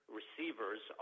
receivers